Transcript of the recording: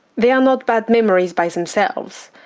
they are not bad memories by themselves.